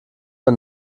der